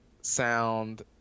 sound